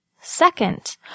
Second